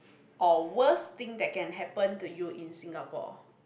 or worst thing that can happen to you in Singapore